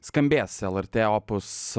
skambės lrt opus